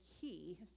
key